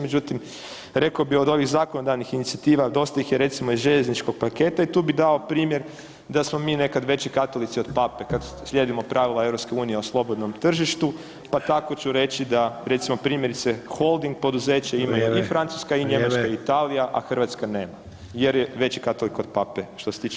Međutim, rekao bih od ovih zakonodavnih inicijativa, dosta ih je recimo iz željezničkog paketa i tu bih dao primjer da smo mi nekad veći katolici od Pape kad slijedimo pravila EU o slobodnom tržištu, pa tako ću reći da recimo primjerice Holding poduzeće [[Upadica: Vrijeme, vrijeme.]] imaju i Francuska i Njemačka i Italija, a Hrvatska nema jer je veći katolik od Pape što se tiče EU pravila.